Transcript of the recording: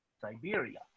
Siberia